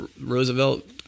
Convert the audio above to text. Roosevelt